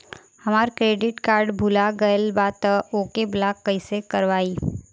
हमार credit card भुला गएल बा त ओके ब्लॉक कइसे करवाई?